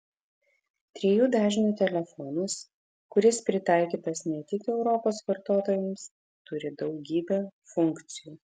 trijų dažnių telefonas kuris pritaikytas ne tik europos vartotojams turi daugybę funkcijų